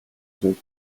ирээд